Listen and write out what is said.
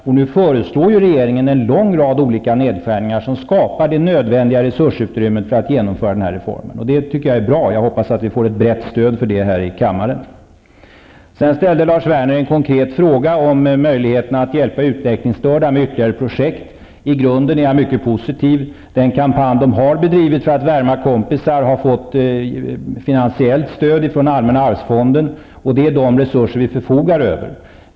Och nu föreslår regeringen en lång rad olika nedskärningar som skapar det nödvändiga resursutrymmet för att denna reform skall kunna genomföras. Det tycker jag är bra, och jag hoppas att vi får ett brett stöd för detta här i kammaren. Sedan ställde Lars Werner en konkret fråga om möjligheterna att hjälpa utvecklingsstörda med ytterligare projekt. I grunden är jag mycket positiv. Den kampanj som de har bedrivit för att värva kompisar har fått finansiellt stöd från allmänna arvsfonden, och det är de resurser som vi förfogar över.